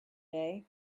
day